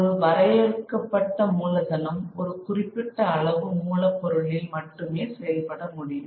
ஒரு வரையறுக்கப்பட்ட மூலதனம் ஒரு குறிப்பிட்ட அளவு மூலப் பொருளில் மட்டுமே செயல்படமுடியும்